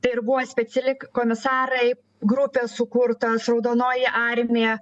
tai ir buvo speciali k komisarai grupė sukurta raudonoji armija